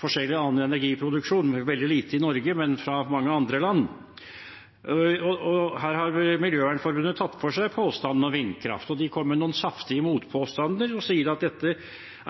forskjellig annen energiproduksjon – veldig lite i Norge, men fra mange andre land. Her har Miljøvernforbundet tatt for seg påstandene om vindkraft, og de kommer med noen saftige motpåstander og sier at dette